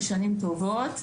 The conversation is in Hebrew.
ושנים טובות,